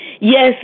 Yes